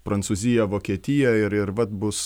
prancūzija vokietija ir ir vat bus